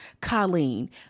Colleen